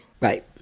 Right